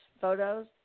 photos